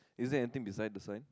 is it anything beside this side